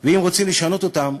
אם רוצים לשנות אותם,